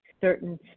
certain